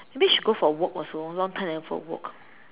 maybe should go for a walk also long time never go for a walk